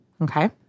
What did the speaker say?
Okay